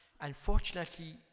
Unfortunately